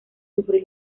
sufrir